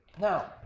Now